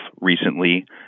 recently